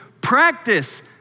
practice